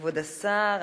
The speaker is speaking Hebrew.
כבוד השר,